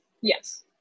yes